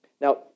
Now